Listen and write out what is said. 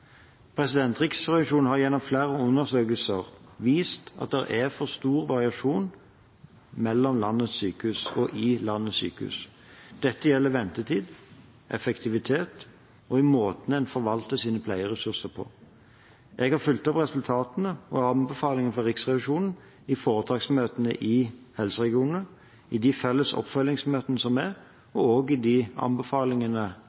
Riksrevisjonen har gjennom flere undersøkelser vist at det er for store variasjoner mellom landets sykehus og innad i landets sykehus. Dette gjelder ventetider, effektivitet og i måten man forvalter sine pleieressurser på. Jeg har fulgt opp resultatene og anbefalingene fra Riksrevisjonen i foretaksmøtene i helseregionene, i felles oppfølgingsmøter og i anbefalingene og tiltakene som